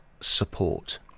support